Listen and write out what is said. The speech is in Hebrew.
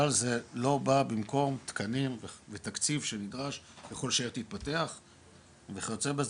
אבל זה לא בא במקום תקנים ותקציב שנדרש ככל שהעיר תתפתח וכיוצא בזה.